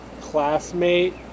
classmate